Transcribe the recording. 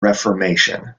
reformation